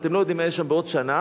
אתם לא יודעים מה יהיה שם בעוד שנה,